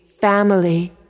family